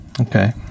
Okay